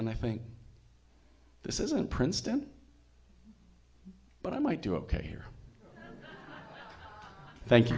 and i think this isn't princeton but i might do ok here thank you